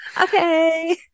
Okay